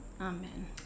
amen